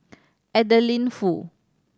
Adeline Foo